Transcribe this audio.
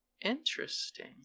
Interesting